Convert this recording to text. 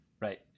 Right